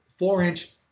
four-inch